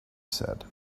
said